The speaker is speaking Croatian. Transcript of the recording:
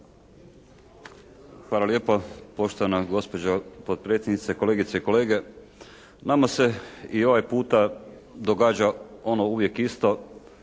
Hvala lijepo poštovana gospođo potpredsjednice, kolegice i kolege. Nama se i ovaj puta događa ono uvijek isto